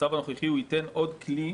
במצב הנוכחי הוא ייתן עוד כלים